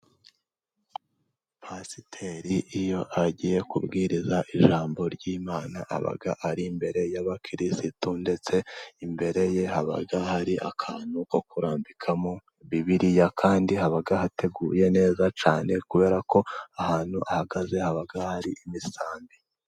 Pasiteri iyo agiye kubwiriza ijambo ry'Imana aba ari imbere y'abakirisitu, ndetse imbere ye haba hari akantu ko kurambikamo bibiliya, kandi haba hateguye neza cyane kubera ko ahantu ahagaze haba hari imisambi.